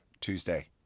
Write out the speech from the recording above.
Tuesday